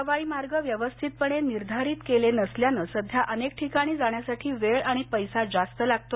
हवाई मार्ग व्यवस्थितपणे निर्धारित केले नसल्यानं सध्या अनेक ठिकाणी जाण्यासाठी वेळ आणि पैसा जास्त लागतो